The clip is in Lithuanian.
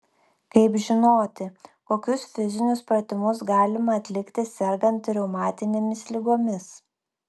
kaip žinoti kokius fizinius pratimus galima atlikti sergant reumatinėmis ligomis